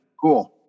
Cool